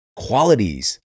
qualities